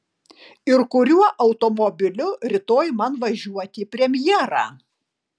ir kuriuo automobiliu rytoj man važiuoti į premjerą